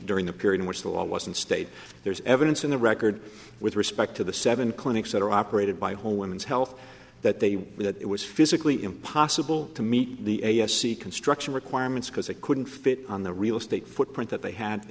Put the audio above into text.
during the period in which the law was and stayed there is evidence in the record with respect to the seven clinics that are operated by whole women's health that they that it was physically impossible to meet the a s c construction requirements because they couldn't fit on the real estate footprint that they had